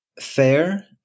fair